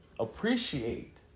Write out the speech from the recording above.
Appreciate